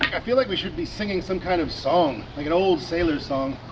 i feel like we should be singing some kind of song like an old sailor song.